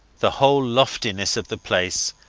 the whole loftiness of the place,